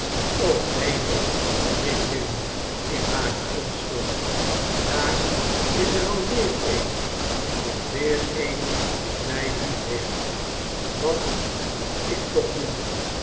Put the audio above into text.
och hemel riep milly ia hare onschuld daar is ar al weer een al weer een die mij lief heeft wat moet ik toch doen